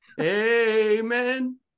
Amen